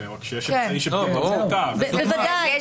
בוודאי.